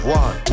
one